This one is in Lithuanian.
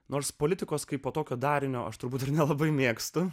nors politikos kaipo tokio darinio aš turbūt nelabai mėgstu